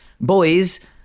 boys